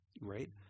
right